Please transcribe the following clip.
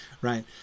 right